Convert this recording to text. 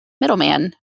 middleman